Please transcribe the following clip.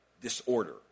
disorder